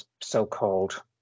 so-called